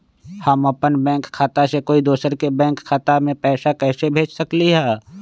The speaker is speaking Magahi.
हम अपन बैंक खाता से कोई दोसर के बैंक खाता में पैसा कैसे भेज सकली ह?